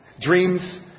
Dreams